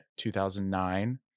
2009